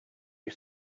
you